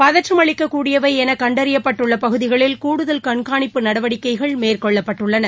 பதற்றமளிக்ககூடியவை என கண்டறியப்பட்டுள்ள பகுதிகளில் கூடுதல் கண்காணிப்பு நடவடிக்கைகள் மேற்கொள்ளப்பட்டுள்ளன